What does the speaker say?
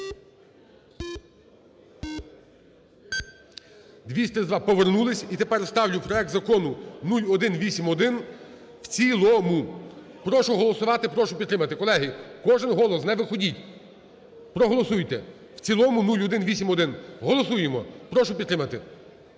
За-232 Повернулися. І тепер ставлю проект Закону 0181 в цілому. Прошу голосувати, прошу підтримати. Колеги, кожен голос, не виходіть, проголосуйте в цілому 0181. Голосуємо, прошу підтримати.